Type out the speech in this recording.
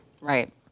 Right